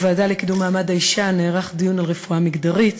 בוועדה לקידום מעמד האישה נערך דיון על רפואה מגדרית,